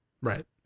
Right